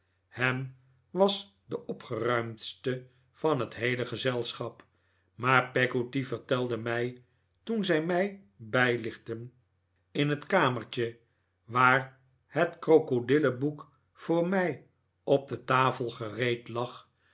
ham was de opgeruimdste van het heele gezelschap maar peggotty vertelde mij toen zij mij bijlichtte in het kamertje waar het krokodillen boek voor mij op de tafel gereed lag